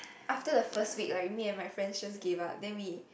after the first week like me and my friend just gave up then we